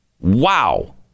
Wow